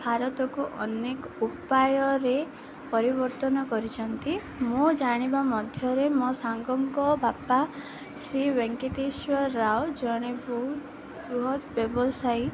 ଭାରତକୁ ଅନେକ ଉପାୟରେ ପରିବର୍ତ୍ତନ କରିଛନ୍ତି ମୁଁ ଜାଣିବା ମଧ୍ୟରେ ମୋ ସାଙ୍ଗଙ୍କ ବାପା ଶ୍ରୀ ଭେଙ୍କେଟେଶ୍ୱର ରାଓ ଜଣେ ବହୁତ ବୃହତ ବ୍ୟବସାୟୀ